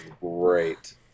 great